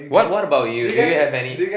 what what about you do you have any